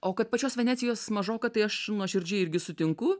o kad pačios venecijos mažoka tai aš nuoširdžiai irgi sutinku